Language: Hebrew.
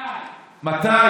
מתי?